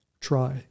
try